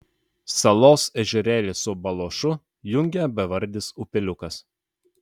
salos ežerėlį su baluošu jungia bevardis upeliukas